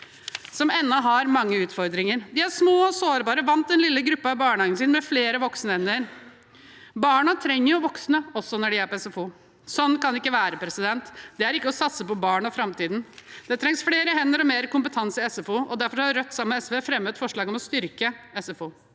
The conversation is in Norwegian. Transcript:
som ennå har mange utfordringer. De er små og sårbare og er vant den lille gruppen i barnehagen sin med flere voksne hender. Barna trenger voksne også når de er på SFO. – Sånn kan ikke være, det er ikke å satse på barn og framtiden. Det trengs flere hender og mer kompetanse i SFO, og derfor har Rødt, sammen med SV, fremmet forslag om å styrke SFO.